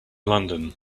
london